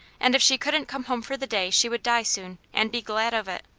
and if she couldn't come home for the day, she would die soon, and be glad of it.